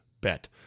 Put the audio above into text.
bet